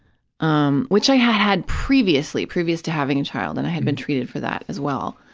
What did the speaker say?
um which i had had previously, previous to having a child, and i had been treated for that as well.